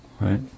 right